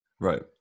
Right